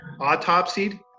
autopsied